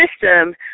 system